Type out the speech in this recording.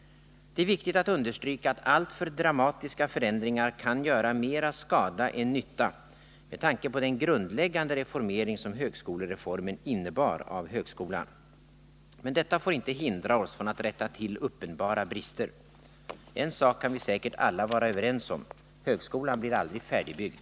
Det är viktigt att understryka att alltför dramatiska förändringar kan göra mer skada än nytta med tanke på den grundläggande reformering av högskolan som högskolereformen innebär. Men detta får inte hindra oss från att rätta till uppenbara brister. En sak kan vi säkert alla vara överens om: högskolan blir aldrig färdigbyggd.